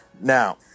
Now